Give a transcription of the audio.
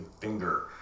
finger